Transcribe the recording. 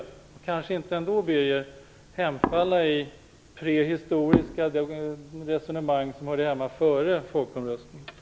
Vi skall kanske inte hemfalla till prehistoriska resonemang som hörde hemma före folkomröstningen.